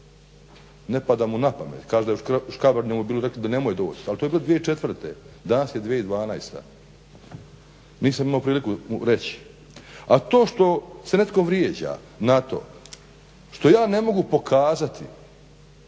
ne pada mu na pamet. Kaže da su mu u Škabrnji rekli nemoj doći ali to je bilo 2004., danas je 2012. Nisam imao priliku mu reći. A to što se netko vrijeđa na to što ja ne mogu pokazati